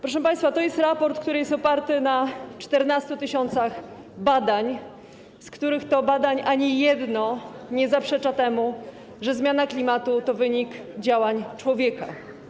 Proszę państwa, to jest raport, który jest oparty na 14 tys. badań, z których ani jedno nie zaprzecza temu, że zmiana klimatu to wynik działań człowieka.